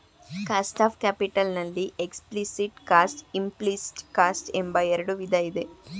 cost of capital ನಲ್ಲಿ explicit cost, implicit cost ಎಂಬ ಎರಡು ವಿಧ ಇದೆ